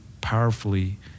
powerfully